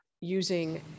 using